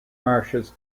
marshes